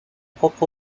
propre